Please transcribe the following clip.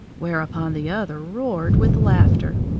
whereupon the other roared with laughter.